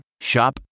Shop